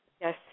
Yes